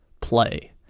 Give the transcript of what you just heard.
play